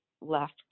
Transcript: left